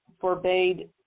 forbade